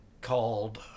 called